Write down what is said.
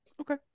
Okay